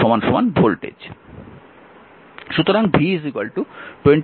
সুতরাং v 2667 volt